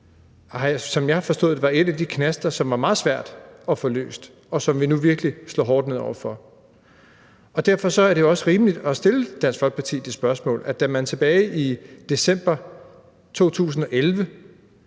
som jeg har forstået det, en af de knaster, som var meget svær at få fjernet. Der slår vi nu virkelig hårdt ned. Derfor er det også rimeligt at stille Dansk Folkeparti det spørgsmål. For tilbage i december 2011